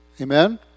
Amen